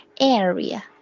area